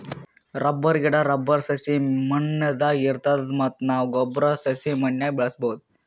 rubber ಗಿಡಾ, rubber ಸಸಿ ಮೇಣದಂಗ್ ಇರ್ತದ ಮತ್ತ್ ನಾವ್ ರಬ್ಬರ್ ಸಸಿ ಮನ್ಯಾಗ್ ಬೆಳ್ಸಬಹುದ್